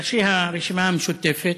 ראשי הרשימה המשותפת,